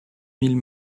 mille